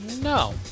No